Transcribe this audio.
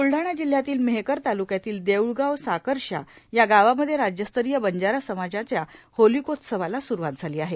ब्लडाणा जिल्हयातील मेहकर तालुक्यातील देऊळगाव साकर्शा या गावामध्ये राज्यस्तरीय बंजारा समाजाचा होलीकोत्ससवाला स्रुवात झाली आहे